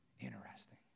Interesting